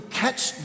catch